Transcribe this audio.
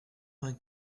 vingt